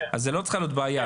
אז זו לא צריכה להיות בעיה,